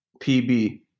PB